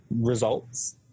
results